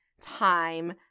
time